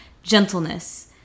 gentleness